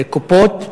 הקופות.